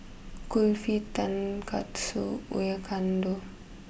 Kulfi Tonkatsu Oyakodon